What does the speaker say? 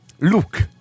look